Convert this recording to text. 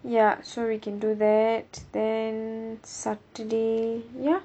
ya so we can do that then saturday ya